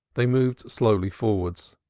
they moved slowly forwards.